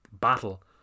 battle